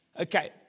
Okay